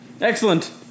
Excellent